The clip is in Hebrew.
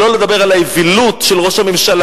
שלא לדבר על האווילות של ראש הממשלה,